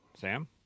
Sam